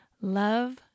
love